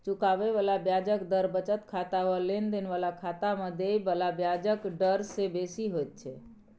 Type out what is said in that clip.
चुकाबे बला ब्याजक दर बचत खाता वा लेन देन बला खाता में देय बला ब्याजक डर से बेसी होइत छै